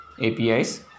APIs